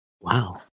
Wow